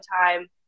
time